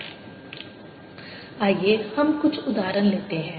Hr14π Mrr r3r rdV आइए हम कुछ उदाहरण लेते हैं